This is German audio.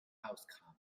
auskamen